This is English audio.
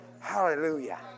Hallelujah